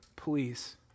please